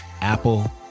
Apple